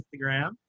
Instagram